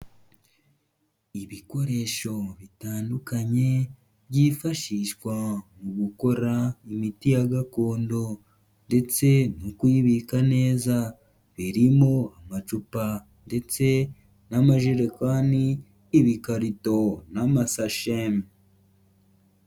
Ibikoresho bitandukanye, byifashishwa mu gukora imiti ya gakondo ndetse no kuyibika neza, birimo amacupa ndetse n'amajerekani, ibikarito n'amasashe.